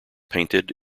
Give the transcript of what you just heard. painted